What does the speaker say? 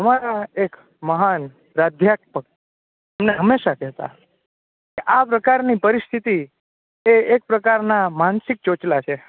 અમારા એક મહાન અધ્યાપક અમને હમેશા કહેતા આ પ્રકારની પરિસ્થિતિ એક પ્રકારના માનસિક ચોચલા છે